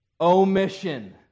omission